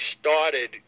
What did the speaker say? started